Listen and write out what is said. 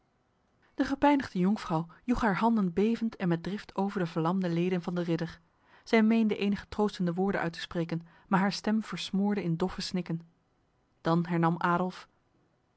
de gepijnigde jonkvrouw joeg haar handen bevend en met drift over de verlamde leden van de ridder zij meende enige troostende woorden uit te spreken maar haar stem versmoorde in doffe snikken dan hernam adolf